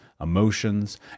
emotions